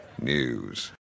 News